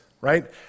right